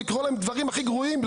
לקרות להם דברים הכי גרועים.